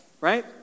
Right